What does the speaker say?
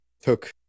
took